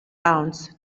pounds